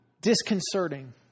Disconcerting